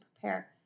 prepare